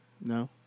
No